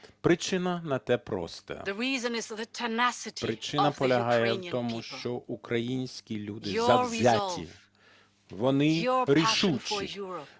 Причина на те проста. Причина полягає в тому, що українські люди завзяті, вони рішучі,